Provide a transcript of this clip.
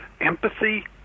empathy